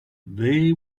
they